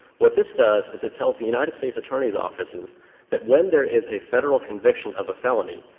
what this does is it tells the united states attorney's offices that when there is a federal conviction of a felony,